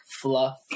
fluff